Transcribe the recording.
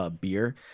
beer